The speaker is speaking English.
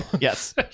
Yes